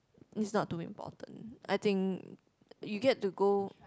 is not too important I think you get to go